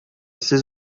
сез